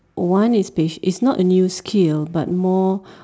one is pash~ it's not a skill but more